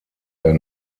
der